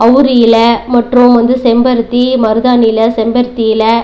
அவுரி இலை மற்றும் வந்து செம்பருத்தி மருதாணி இலை செம்பருத்தி இலை